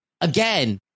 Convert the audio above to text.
again